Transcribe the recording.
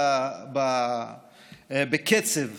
בקצב